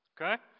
Okay